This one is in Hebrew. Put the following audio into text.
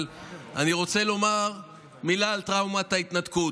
אבל אני רוצה לומר מילה על טראומת ההתנתקות: